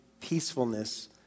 peacefulness